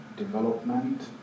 Development